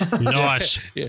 Nice